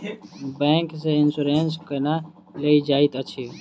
bank सँ insurance केना लेल जाइत अछि